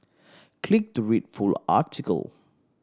click to read full article